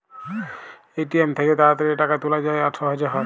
ATM থ্যাইকে তাড়াতাড়ি টাকা তুলা যায় আর সহজে হ্যয়